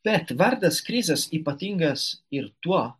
bet vardas krizas ypatingas ir tuo